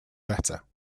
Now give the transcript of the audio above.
better